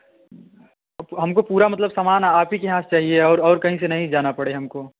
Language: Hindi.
हमको पूरा मतलब सामान आप ही के यहाँ से चाहिए और और कहीं से नहीं जाना पड़े हमको